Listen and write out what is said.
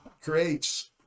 creates